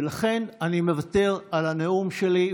ולכן, אני מוותר על הנאום שלי.